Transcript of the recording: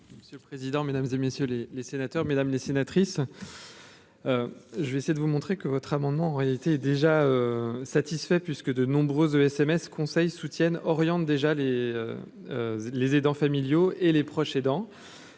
Monsieur le président, Mesdames et messieurs les sénateurs, mesdames les sénatrices. Je vais essayer de vous montrer que votre amendement en réalité déjà satisfait puisque de nombreuses de SMS Conseil soutiennent oriente déjà les les aidants familiaux et les proches aidants